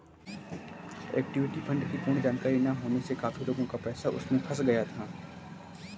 equity fund की पूर्ण जानकारी ना होने से काफी लोगों का पैसा उसमें फंस गया था